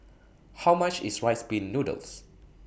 How much IS Rice Pin Noodles